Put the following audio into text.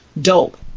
dope